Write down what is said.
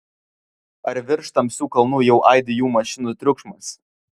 ar virš tamsių kalnų jau aidi jų mašinų triukšmas